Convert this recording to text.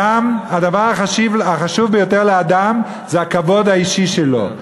הדבר החשוב ביותר לאדם זה הכבוד האישי שלו.